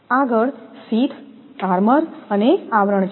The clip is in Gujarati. આગળ શીથ આર્મર અને આવરણ છે